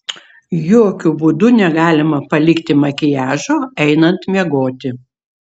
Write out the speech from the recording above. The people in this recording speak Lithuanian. jokiu būdu negalima palikti makiažo einant miegoti